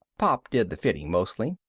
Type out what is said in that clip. pop did the fitting mostly.